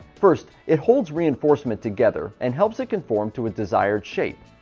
first it holds reinforcement together and helps it conform to a desired shape.